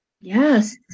Yes